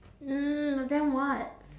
mm and then what